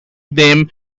them